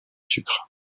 sucre